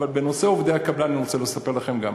אבל בנושא עובדי הקבלן אני רוצה לספר לכם גם: